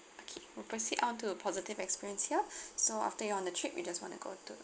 okay we'll proceed on to positive experience here so after you on the trip we just wanna go to